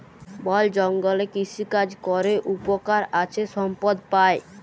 বল জঙ্গলে কৃষিকাজ ক্যরে উপকার আছে সম্পদ পাই